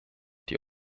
die